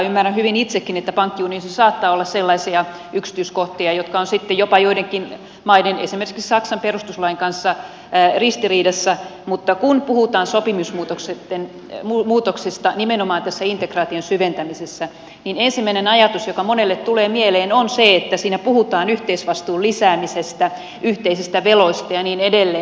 ymmärrän hyvin itsekin että pankkiunionissa saattaa olla sellaisia yksityiskohtia jotka ovat sitten jopa joidenkin maiden esimerkiksi saksan perustuslain kanssa ristiriidassa mutta kun puhutaan sopimusmuutoksista nimenomaan tässä integraation syventämisessä niin ensimmäinen ajatus joka monelle tulee mieleen on se että siinä puhutaan yhteisvastuun lisäämisestä yhteisistä veloista ja niin edelleen